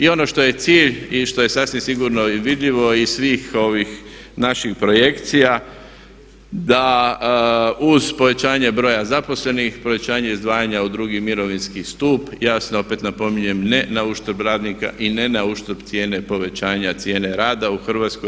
I ono što je cilj i što je sasvim sigurno i vidljivo iz svih ovih naših projekcija da uz povećanje broja zaposlenih, povećanje izdvajanja u drugi mirovinski stup jasno opet napominjem ne na uštrb radnika i ne na uštrb cijene povećanja cijene rada u Hrvatskoj.